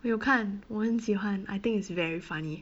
我有看我很喜欢 I think it's very funny